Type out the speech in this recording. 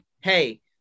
hey